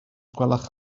gwelwch